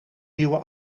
nieuwe